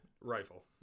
rifle